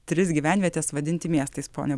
tris gyvenvietes vadinti miestais pone